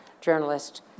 journalist